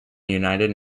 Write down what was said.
united